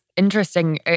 Interesting